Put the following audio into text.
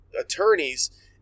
attorney's